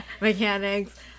mechanics